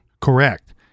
Correct